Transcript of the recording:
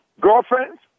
Girlfriends